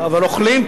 אבל אוכלים.